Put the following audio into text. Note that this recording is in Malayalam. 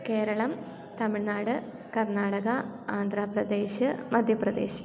കേരളം തമിഴ്നാട് കർണാടക ആന്ധ്രാപ്രദേശ് മധ്യപ്രദേശ്